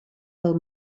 del